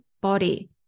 body